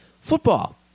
football